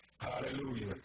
Hallelujah